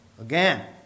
again